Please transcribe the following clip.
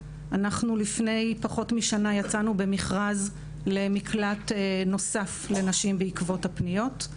לפני פחות משנה יצאנו במכרז למקלט נוסף לנשים בעקבות הפניות.